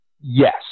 Yes